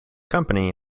company